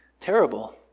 terrible